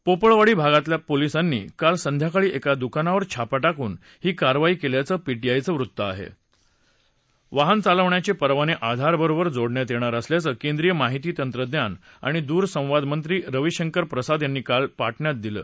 पोपळवाडी भागात पोलिसांनी काल संध्याकाळी एका दुकानावर छापा टाकून ही कारवाई कल्प्राचं पीटीआयचं वृत्त आहात वाहन चालवण्याचे परवाने आधार बरोबर जोडण्यात येणार असल्याचं केंद्रीय माहिती तंत्रज्ञान आणि दूरसंवाद मंत्री रविशंकर प्रसाद यांनी काल पाटण्यात सांगितलं